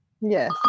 Yes